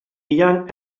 young